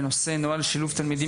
30 במאי 2023 בנושא נוהל שילוב תלמידים